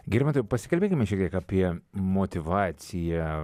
girmantai pasikalbėkime šiek tiek apie motyvaciją